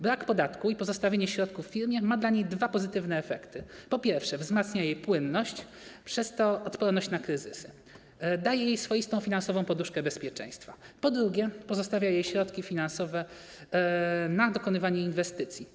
Brak podatku i pozostawienie środków w firmie ma dla niej dwa pozytywne efekty: po pierwsze, wzmacnia jej płynność, a przez to odporność na kryzysy, daje jej swoistą finansową poduszkę bezpieczeństwa, po drugie, pozostawia jej środki finansowe na dokonywanie inwestycji.